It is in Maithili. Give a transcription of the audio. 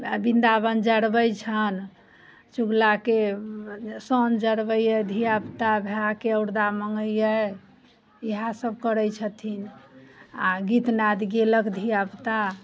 आ बिंदाबन जरबै छनि चुगला के सोन जरबै यऽ धियापुता भाइ के औरदा मंगैया इएह सब करै छथिन आ गीतनाद गेलक धियापुता